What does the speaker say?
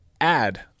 add